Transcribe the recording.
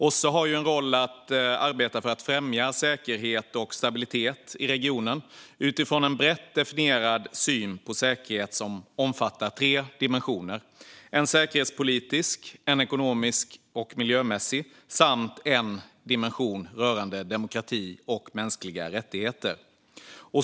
OSSE:s roll är att arbeta för att främja säkerhet och stabilitet i regionen utifrån en brett definierad syn på säkerhet, som omfattar tre dimensioner: en säkerhetspolitisk, en ekonomisk och miljömässig samt en för demokrati och mänskliga rättigheter.